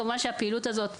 כמובן שהפעילות הזאת,